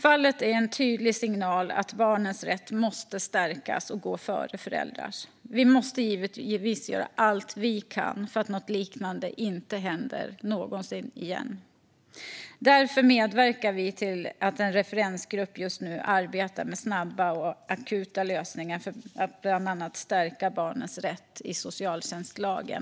Fallet är en tydlig signal om att barnens rätt måste stärkas och gå före föräldrarnas. Vi måste givetvis göra allt vi kan för att något liknande inte ska hända någonsin igen. Därför medverkar vi till att en referensgrupp just nu arbetar med snabba, akuta lösningar för att bland annat stärka barnens rätt i socialtjänstlagen.